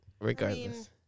regardless